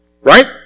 right